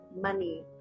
money